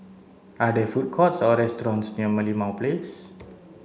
are there food courts or restaurants near Merlimau Place